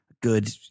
good